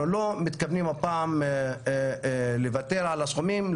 לא מתכוונים הפעם לוותר על הסכומים.